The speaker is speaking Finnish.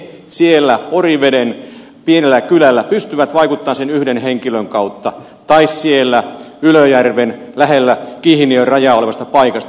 miten he siellä oriveden pienellä kylällä pystyvät vaikuttamaan sen yhden henkilön kautta tai siellä ylöjärvellä lähellä kihniön rajaa olevasta paikasta